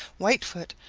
whitefoot,